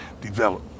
develop